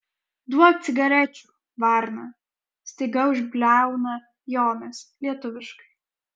duok cigarečių varna staiga užbliauna jonas lietuviškai